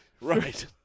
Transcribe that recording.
Right